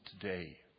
today